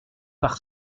par